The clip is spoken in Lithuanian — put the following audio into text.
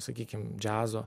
sakykim džiazo